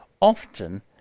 often